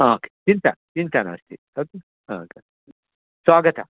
हा चिन्ता चिन्ता नास्ति स्वागतम्